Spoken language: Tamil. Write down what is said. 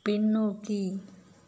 பின்னோக்கி